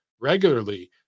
regularly